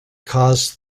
cause